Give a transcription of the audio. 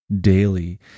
daily